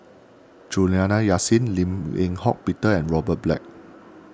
Juliana Yasin Lim Eng Hock Peter and Robert Black